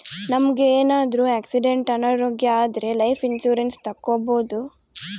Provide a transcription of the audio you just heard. ನಮ್ಗೆ ಏನಾದ್ರೂ ಆಕ್ಸಿಡೆಂಟ್ ಅನಾರೋಗ್ಯ ಆದ್ರೆ ಲೈಫ್ ಇನ್ಸೂರೆನ್ಸ್ ತಕ್ಕೊಬೋದು